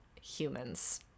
humans